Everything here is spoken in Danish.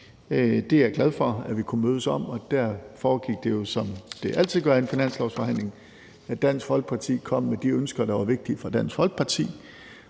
det er jeg glad for at vi kunne mødes om. Der foregik det jo, som det altid gør i en finanslovsforhandling, sådan, at Dansk Folkeparti kom med de ønsker, der var vigtige for Dansk Folkeparti,